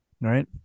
Right